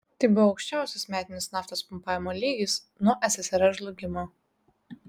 tai buvo aukščiausias metinis naftos pumpavimo lygis nuo ssrs žlugimo